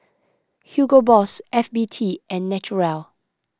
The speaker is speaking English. Hugo Boss F B T and Naturel